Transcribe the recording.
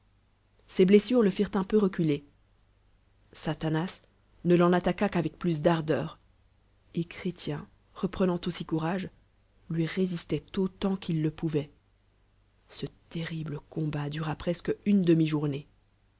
ses bles sures le firent un peu reculer satanas ne l'cn attaqua qu'avec plus d'ardeur y et chrétien repr nan t aussi courage lui résistoit autant qu'il le pouvoit ce terrible comb at dura presque u